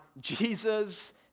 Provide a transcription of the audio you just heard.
Jesus